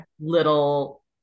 little